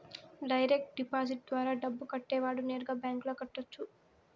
direct deposit ద్వారా డబ్బు కట్టేవాడు నేరుగా బ్యాంకులో కట్టొచ్చు